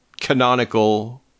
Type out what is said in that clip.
canonical